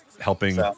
Helping